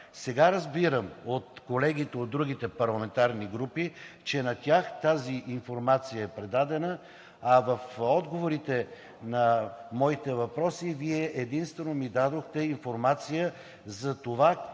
Сега разбирам от колегите от другите парламентарни групи, че на тях тази информация е предадена, а в отговорите на моите въпроси Вие единствено ми дадохте информация за това